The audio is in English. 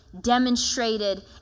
demonstrated